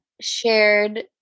shared